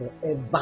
forever